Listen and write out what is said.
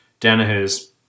Danaher's